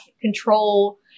control